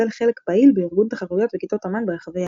חלק פעיל בארגון תחרויות וכיתות אמן ברחבי הארץ.